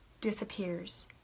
disappears